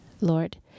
Lord